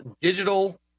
Digital